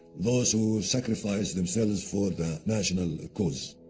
those who sacrifice themselves for the national cause.